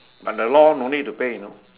and the law no need to pay you know